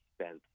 spent